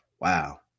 Wow